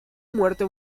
muerte